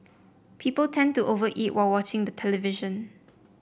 people tend to over eat while watching the television